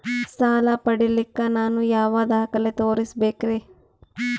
ಸಾಲ ಪಡಿಲಿಕ್ಕ ನಾನು ಯಾವ ದಾಖಲೆ ತೋರಿಸಬೇಕರಿ?